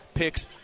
picks